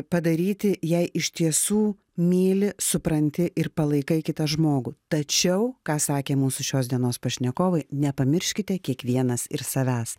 padaryti jei iš tiesų myli supranti ir palaikai kitą žmogų tačiau ką sakė mūsų šios dienos pašnekovai nepamirškite kiekvienas ir savęs